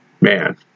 man